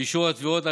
באישור התביעות.